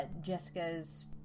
jessica's